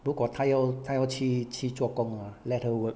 如果她要她要去去做工 ah let her work